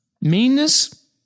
Meanness